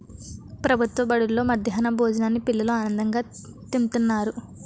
ప్రభుత్వ బడుల్లో మధ్యాహ్నం భోజనాన్ని పిల్లలు ఆనందంగా తింతన్నారు